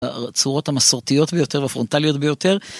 צורות המסורתיות ביותר, הפרונטליות ביותר.